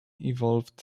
evolved